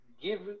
give